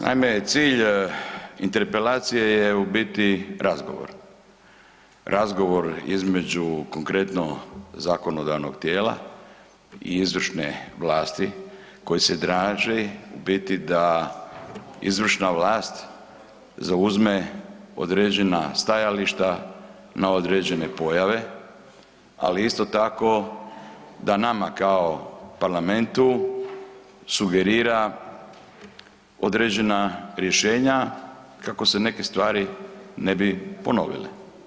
Naime, cilj interpelacije je u biti razgovor, razgovor između konkretno zakonodavnog tijela i izvršne vlasti koji se traži u biti da izvršna vlast zauzme određena stajališta na određene pojave, ali isto tako da nama kao Parlamentu sugerira određena rješenja kako se neke stvari ne bi ponovile.